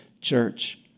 church